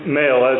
male